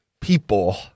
people